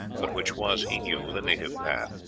but which was, he knew, the native path.